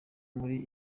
muri